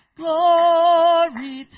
glory